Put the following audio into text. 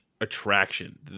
attraction